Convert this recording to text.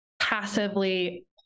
passively